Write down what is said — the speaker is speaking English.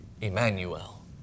Emmanuel